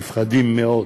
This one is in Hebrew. נפרדים מאוד.